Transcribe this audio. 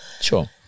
Sure